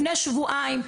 לפני שבועיים.